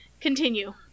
continue